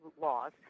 laws